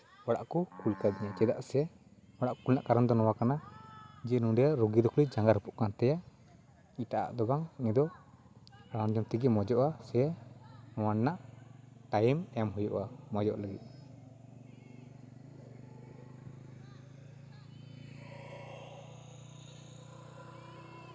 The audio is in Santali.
ᱚᱲᱟᱜ ᱠᱚ ᱠᱩᱞ ᱠᱟᱫᱤᱧᱟ ᱪᱮᱫᱟᱜ ᱥᱮ ᱚᱲᱟᱜ ᱠᱩᱞ ᱨᱮᱱᱟᱜ ᱠᱟᱨᱚᱱ ᱫᱚ ᱱᱚᱣᱟ ᱠᱟᱱᱟ ᱡᱮ ᱱᱚᱸᱰᱮ ᱨᱩᱜᱤᱭᱟᱜ ᱡᱟᱸᱜᱟ ᱨᱟᱹᱯᱩᱫ ᱠᱟᱱ ᱛᱟᱭᱟ ᱮᱴᱟᱜ ᱠᱟᱜ ᱫᱚ ᱵᱟᱝ ᱩᱱᱤ ᱫᱚ ᱨᱟᱱ ᱡᱚᱢ ᱛᱮᱜᱮᱭ ᱢᱚᱸᱡᱚᱜᱼᱟ ᱥᱮ ᱱᱚᱣᱟ ᱨᱮᱱᱟᱜ ᱴᱟᱭᱤᱢ ᱮᱢ ᱦᱩᱭᱩᱜᱼᱟ ᱢᱚᱸᱡᱚᱜ ᱞᱟᱹᱜᱤᱫ ᱛᱮ